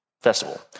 festival